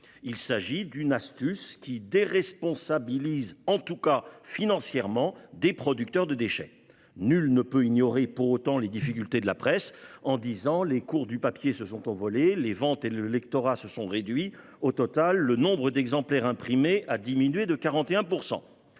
Il s'agissait d'une astuce qui déresponsabilisait, en tout cas financièrement, des producteurs de déchets. Pour autant, nul ne peut ignorer les difficultés de la presse. En dix ans, les cours du papier se sont envolés, les ventes et le lectorat se sont réduits : au total, le nombre d'exemplaires imprimés a diminué de 41 %.